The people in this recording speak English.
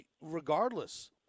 Regardless